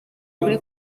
kuri